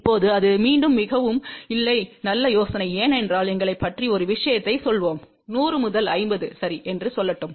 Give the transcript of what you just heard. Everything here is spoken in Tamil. இப்போது அது மீண்டும் மிகவும் இல்லை நல்ல யோசனை ஏனென்றால் எங்களைப் பற்றி ஒரு விஷயத்தைச் சொல்வோம் 100 முதல் 50 சரி என்று சொல்லட்டும்